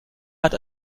hat